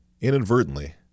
inadvertently